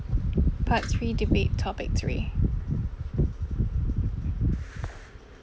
part three debate topic three